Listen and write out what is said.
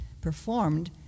performed